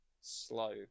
slow